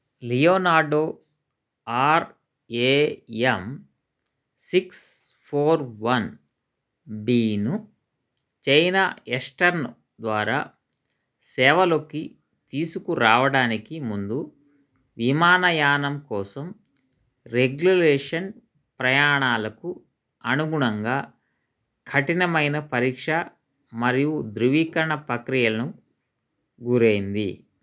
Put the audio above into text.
Leonardo R A M six four one బిను China Eastern ద్వారా సేవలోకి తీసుకురావడానికి ముందు విమానయానం కోసం రెగ్యులేషన్ ప్రయాణాలకు అనుగుణంగా కఠినమైన పరీక్ష మరియు ధృవీకరణ ప్రక్రియలను గురైంది